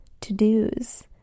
to-dos